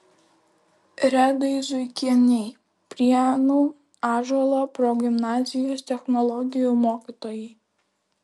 redai zuikienei prienų ąžuolo progimnazijos technologijų mokytojai